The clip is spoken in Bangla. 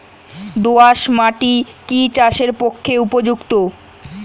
দোআঁশ মাটি কি চাষের পক্ষে উপযুক্ত?